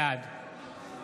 בעד